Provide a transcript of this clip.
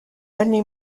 only